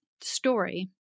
story